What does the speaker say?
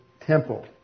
temple